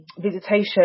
visitation